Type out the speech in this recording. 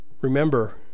Remember